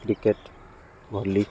cricket volley